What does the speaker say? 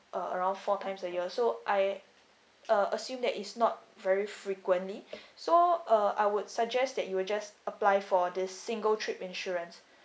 uh around four times a year so I uh assume that is not very frequently so uh I would suggest that you would just apply for this single trip insurance